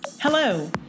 Hello